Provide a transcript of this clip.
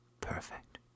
Perfect